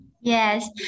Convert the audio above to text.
Yes